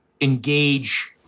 engage